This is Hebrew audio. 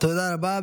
תודה רבה.